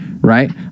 right